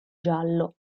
giallo